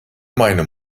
meine